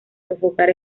sofocar